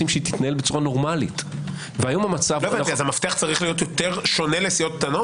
למשהו שהוא תקנוני ובהחלטת ועדת הכנסת כשיקול בחוק יסוד.